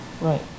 Right